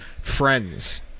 friends